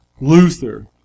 Luther